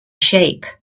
shape